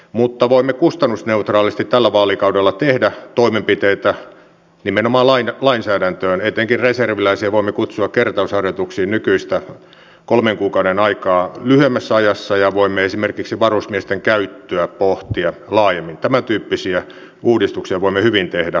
mutta voimme kustannusneutraalisti tällä vaalikaudella tehdä toimenpiteitä erityisesti huolestuttavaa on etenkin reserviläisiä voimme kutsua kertausharjoituksiin nykyistä kolmen kuukauden aikaa lyhyemmässä hiljaisuuteen ja pimentoon jäävä väkivalta jonka uhrina on iäkäs nainen